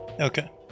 Okay